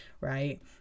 right